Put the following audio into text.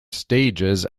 stages